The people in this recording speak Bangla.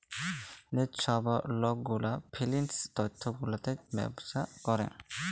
যে ছব লক গুলা ফিল্যাল্স তথ্য গুলাতে ব্যবছা ক্যরে